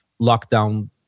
lockdown